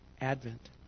Advent